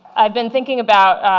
i've been thinking about.